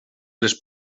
les